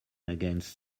against